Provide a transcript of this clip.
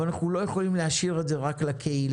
אבל אנחנו לא יכולים להשאיר את זה רק לקהילה,